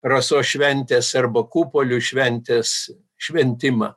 rasos šventės arba kupolių šventės šventimą